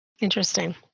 Interesting